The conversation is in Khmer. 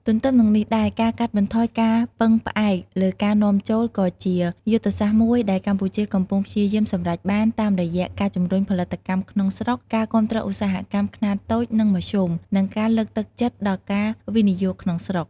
ទន្ទឹមនឹងនេះដែរ ការកាត់បន្ថយការពឹងផ្អែកលើការនាំចូល ក៏ជាយុទ្ធសាស្ត្រមួយដែលកម្ពុជាកំពុងព្យាយាមសម្រេចបាន តាមរយៈការជំរុញផលិតកម្មក្នុងស្រុក ការគាំទ្រឧស្សាហកម្មខ្នាតតូច និងមធ្យម និងការលើកទឹកចិត្តដល់ការវិនិយោគក្នុងស្រុក។